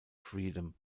freedom